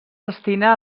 destina